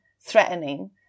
threatening